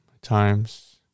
times